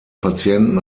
patienten